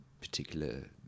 particular